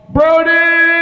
Brody